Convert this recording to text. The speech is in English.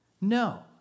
No